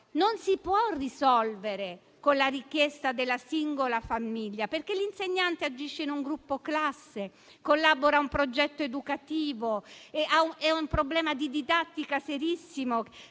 non si può risolvere con la richiesta della singola famiglia, perché l'insegnante agisce in un gruppo-classe, collabora a un progetto educativo. È un problema di didattica serissimo;